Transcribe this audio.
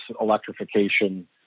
electrification